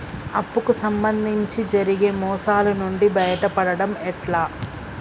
అప్పు కు సంబంధించి జరిగే మోసాలు నుండి బయటపడడం ఎట్లా?